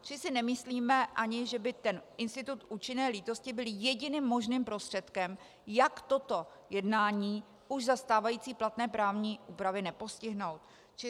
Takže si nemyslíme ani, že by institut účinné lítosti byl jediným možným prostředkem, jak toto jednání už za stávající platné právní úpravy nepostihnout.